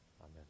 Amen